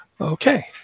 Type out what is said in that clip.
Okay